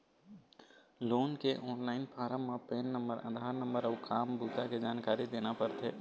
loan के online form म PAN number, Aadhaar number अउ काम बूता के जानकारी देना परथे